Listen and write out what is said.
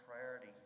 priority